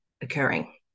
occurring